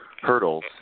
hurdles